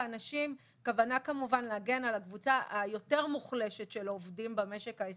הכוונה היא להגן על הקבוצה היותר מוחלשת של עובדים במשק הישראלי,